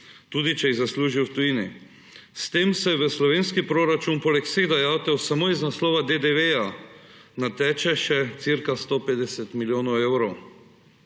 tudi če jih zaslužijo v tujini. S tem se v slovenski proračun poleg vseh dajatev samo iz naslova DDV nateče še cirka 150 milijonov evrov.